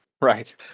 Right